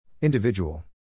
Individual